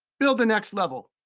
build the next level.